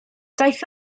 daeth